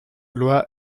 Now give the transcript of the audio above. loi